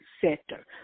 sector